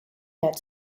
that